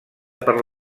per